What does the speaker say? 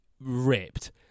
Ripped